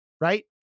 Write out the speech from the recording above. right